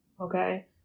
Okay